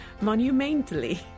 monumentally